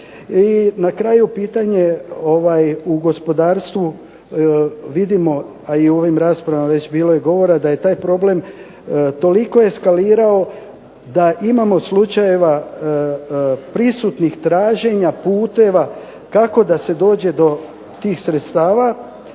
na kraju pitanje u gospodarstvu vidimo, a i u ovim raspravama već bilo je govora, da je taj problem toliko eskalirao da imamo slučajeva prisutnih traženja puteva kako da se dođe do tih sredstava